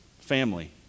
Family